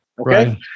okay